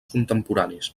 contemporanis